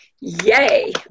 Yay